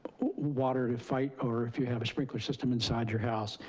water to fight, or if you have a sprinkler system inside your house.